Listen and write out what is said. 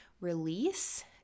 release